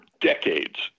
decades